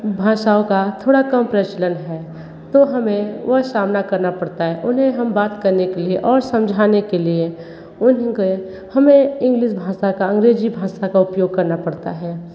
भाषाओं का थोड़ा कम प्रचलन है तो हमें वह सामना करना पड़ता है उन्हें हम बात करने के लिए और समझने के लिए हमें इंग्लिश भाषा का अंग्रेजी भाषा का उपयोग करना पड़ता है